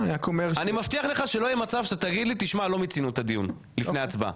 אני מבטיח לך שלא יהיה מצב שאתה שלא מיצינו את הדיון לפני ההצבעה.